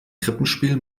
krippenspiel